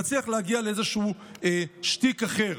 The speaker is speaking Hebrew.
נצליח להגיע לאיזשהו שטיק אחר.